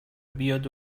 بیاد